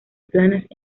planas